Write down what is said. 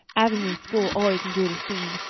avonlea school always enjoyed a scene.